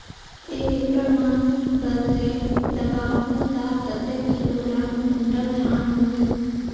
एक एकड़ मां बदले लगाहु ता कतेक किलोग्राम कुंटल धान होही?